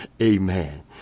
Amen